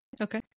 Okay